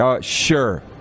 Sure